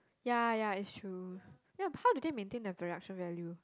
ya ya it's true ya but how do they maintain their production value